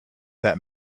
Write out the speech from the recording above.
that